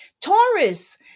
Taurus